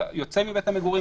אתה יוצא מבית המגורים,